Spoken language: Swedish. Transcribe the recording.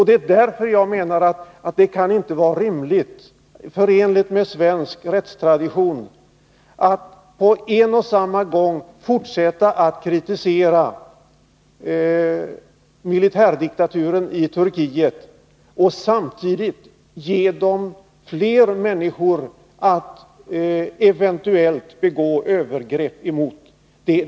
Det är därför jag menar att det inte kan vara förenligt med svensk rättstradition att på en och samma gång fortsätta att kritisera militärdiktatureni Turkiet och ge den fler människor att eventuellt begå övergrepp emot.